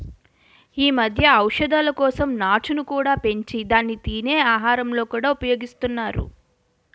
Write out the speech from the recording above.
ఈ మధ్య ఔషధాల కోసం నాచును కూడా పెంచి దాన్ని తినే ఆహారాలలో కూడా ఉపయోగిస్తున్నారు